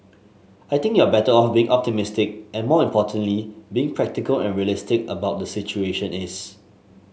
I think you're better off being optimistic and more importantly being practical and realistic about the situation is